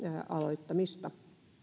aloittamista